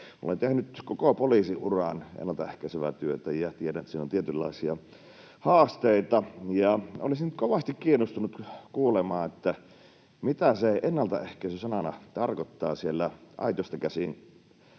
olen tehnyt koko poliisiuran ennaltaehkäisevää työtä ja tiedän, että siinä on tietynlaisia haasteita. Olisin kovasti kiinnostunut kuulemaan, mitä se ennaltaehkäisy sanana tarkoittaa sieltä aitiosta käsin